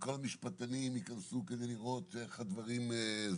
וכבר משפטנים ייכנסו כדי לראות איך הדברים,